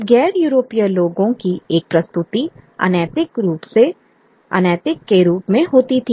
तब गैर यूरोपीय लोगों की एक प्रस्तुति अनैतिक के रूप में होती थी